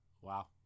Wow